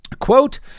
Quote